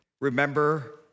Remember